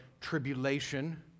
tribulation